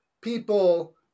people